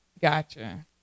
Gotcha